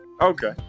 Okay